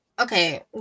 Okay